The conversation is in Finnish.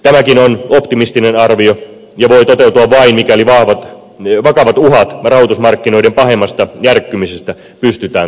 tämäkin on optimistinen arvio ja voi toteutua vain mikäli vakavat uhat rahoitusmarkkinoiden pahemmasta järkkymisestä pystytään torjumaan